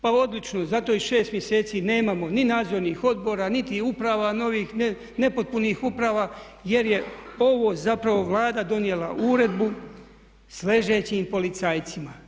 Pa odlično, zato i šest mjeseci nemamo ni nadzornih odbora niti uprava, nepotpunih uprava jer je ovo zapravo Vlada donijela uredbu s ležećim policajcima.